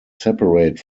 separate